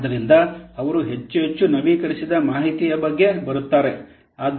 ಆದ್ದರಿಂದ ಅವರು ಹೆಚ್ಚು ಹೆಚ್ಚು ನವೀಕರಿಸಿದ ಮಾಹಿತಿಯ ಬಗ್ಗೆ ಬರುತ್ತಾರೆ